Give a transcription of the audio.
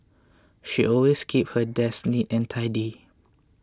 she always keeps her desk neat and tidy